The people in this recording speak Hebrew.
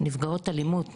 נפגעות אלימות,